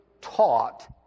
taught